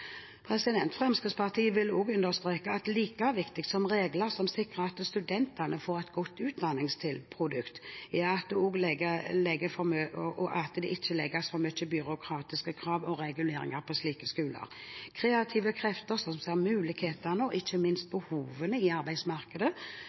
Fremskrittspartiet vil understreke at like viktig som regler som sikrer at studentene får et godt utdanningsprodukt, er at det ikke legges for mange byråkratiske krav og reguleringer på slike skoler. Kreative krefter som ser mulighetene og ikke minst